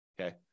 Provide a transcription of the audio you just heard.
okay